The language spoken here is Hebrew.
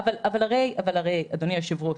אבל אדוני היושב-ראש,